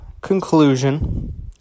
conclusion